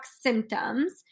symptoms